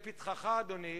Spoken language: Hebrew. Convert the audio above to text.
לפתחך, אדוני,